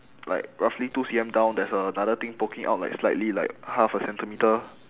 like roughly two C_M down there's another thing poking out like slightly like half a centimetre